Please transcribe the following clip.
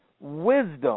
wisdom